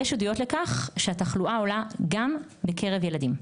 יש עדויות לכך שהתחלואה עולה גם בקרב ילדים.